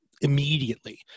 immediately